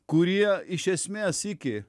kurie iš esmės iki